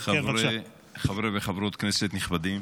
חברי וחברות כנסת נכבדים,